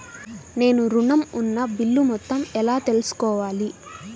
నేను ఋణం ఉన్న బిల్లు మొత్తం ఎలా తెలుసుకోవాలి?